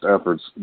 efforts